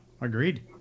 agreed